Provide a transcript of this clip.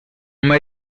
m’a